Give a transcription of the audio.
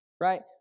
right